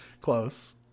close